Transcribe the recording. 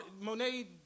Monet